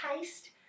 taste